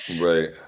Right